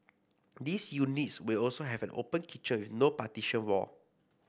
these units will also have an open kitchen no partition wall